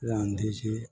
ରାନ୍ଧିଛି